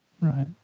Right